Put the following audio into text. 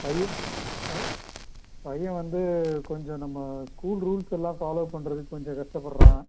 பையன் பையன் வந்து கொஞ்சம் நம்ம ஸ்கூல் ரூல்ஸ் எல்லாம் ஃபாலோவ் பண்ணுறதுக்கு கொஞ்சம் கஷ்டப்படுறான்